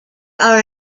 are